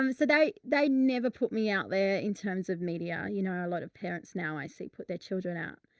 um, so they, they never put me out there in terms of media, you know, a lot of parents now i see put their children out.